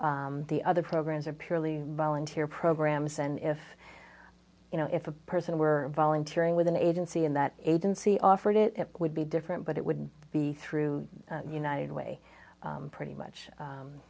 the other programs are purely voluntary programs and if you know if a person were volunteering with an agency in that agency offered it it would be different but it would be through united way pretty much